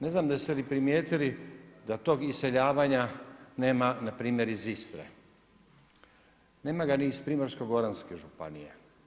Ne znam, jeste li primijetili, da tog iseljavanja nema npr. iz Istre, nema ga ni iz Primorsko-goranske županije.